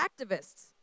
Activists